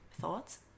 Thoughts